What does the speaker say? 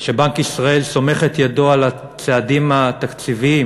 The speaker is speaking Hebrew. שבנק ישראל סומך את ידו על הצעדים התקציביים,